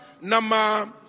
number